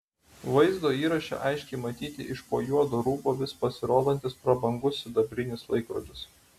vaizdo įraše aiškiai matyti iš po juodo rūbo vis pasirodantis prabangus sidabrinis laikrodis